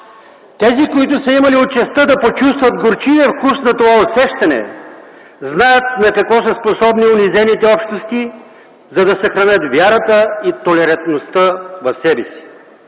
Тези, които са имали участта да почувстват горчивия вкус на това усещане знаят на какво са способни унизените общности, за да съхранят вярата и толерантността в себе си.